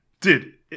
Dude